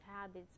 habits